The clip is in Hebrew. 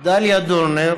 דליה דורנר